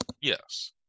Yes